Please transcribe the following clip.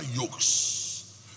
yokes